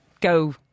Go